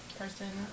person